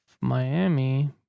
Miami